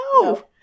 No